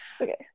Okay